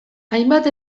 hainbat